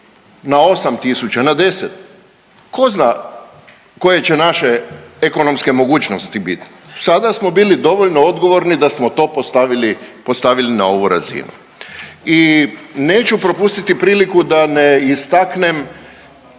na 8 tisuća na 10? Tko zna koje će naše ekonomske mogućnosti bit? Sada smo bili dovoljno odgovorni da smo to postavili na ovu razinu. I neću propustiti priliku da ne istaknem